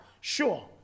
sure